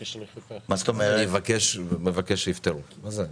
זה מבקש שיפטרו?